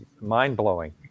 mind-blowing